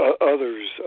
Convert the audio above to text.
Others